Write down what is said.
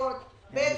הסתכלויות בכללית,